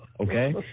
Okay